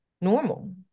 normal